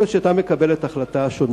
יכול להיות שהיא היתה מקבלת החלטה שונה.